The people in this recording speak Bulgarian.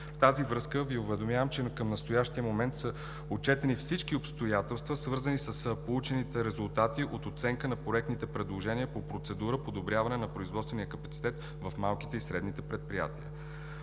В тази връзка Ви уведомявам, че на към настоящия момент са отчетени всички обстоятелства, свързани с получените резултати от оценка на проектните предложения по Процедура „Подобряване на производствения капацитет в малките и средните предприятия“.